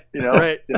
right